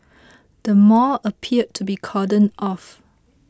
the mall appeared to be cordoned off